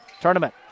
tournament